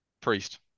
Priest